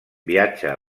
viatja